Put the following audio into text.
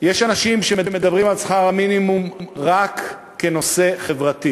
יש אנשים שמדברים על שכר המינימום רק כנושא חברתי.